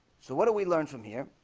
so what do we learn from here?